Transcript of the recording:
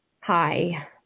Hi